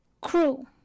crew